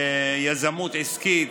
יזמות עסקית,